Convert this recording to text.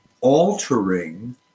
altering